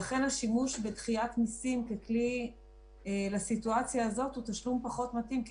לכן השימוש בדחיית מסים ככלי לסיטואציה הזו הוא פחות מתאים כי